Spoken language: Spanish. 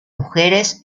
mujeres